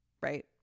right